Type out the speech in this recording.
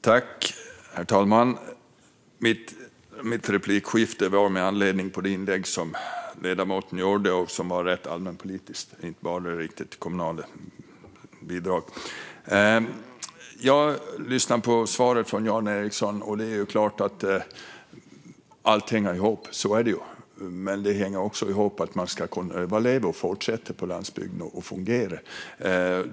Herr talman! Min replik var med anledning av det inlägg som ledamoten gjorde och som var rätt allmänpolitiskt och som inte bara handlade om kommunala bidrag. Jag lyssnade på svaret från Jan Ericson. Det är klart att allt hänger ihop; så är det. Men detta hänger också ihop med att man ska kunna överleva och fortsätta fungera på landsbygden.